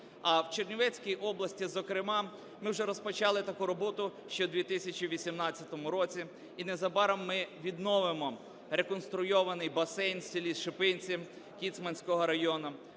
А в Чернівецькій області, зокрема, ми вже розпочали таку роботу ще в 2018 році, і незабаром ми відновимо реконструйований басейн в селі Шипинці Кіцманського району.